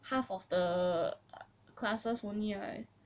half of the classes only ah